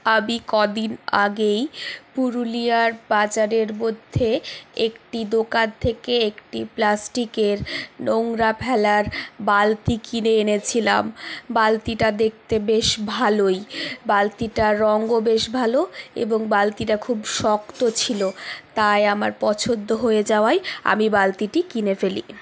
আবি কদিন আগেই পুরুলিয়ার বাজারের মধ্যে একটি দোকান থেকে একটি প্লাস্টিকের নোংরা ফেলার বালতি কিনে এনেছিলাম বালতিটা দেখতে বেশ ভালোই বালতিটার রঙও বেশ ভালো এবং বালতিটা খুব শক্ত ছিল তাই আমার পছন্দ হয়ে যাওয়ায় আমি বালতিটি কিনে ফেলি